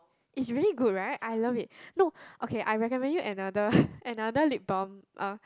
is really good right I love it no okay I recommend you another another lip balm